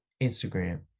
instagram